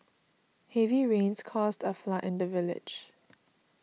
heavy rains caused a flood in the village